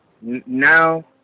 now